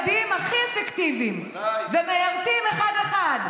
שם יושבים הציידים הכי אפקטיביים ומיירטים אחד-אחד.